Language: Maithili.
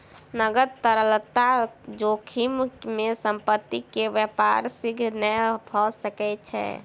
नकद तरलता जोखिम में संपत्ति के व्यापार शीघ्र नै भ सकै छै